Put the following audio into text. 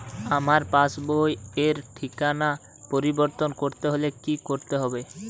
আমার পাসবই র ঠিকানা পরিবর্তন করতে হলে কী করতে হবে?